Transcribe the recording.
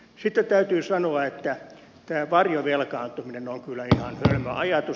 sitten täytyy sanoa että tämä varjovelkaantuminen on kyllä ihan hölmö ajatus